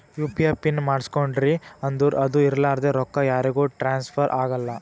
you P I pin ಮಾಡುಸ್ಕೊಂಡ್ರಿ ಅಂದುರ್ ಅದು ಇರ್ಲಾರ್ದೆ ರೊಕ್ಕಾ ಯಾರಿಗೂ ಟ್ರಾನ್ಸ್ಫರ್ ಆಗಲ್ಲಾ